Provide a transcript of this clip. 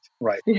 right